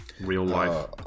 real-life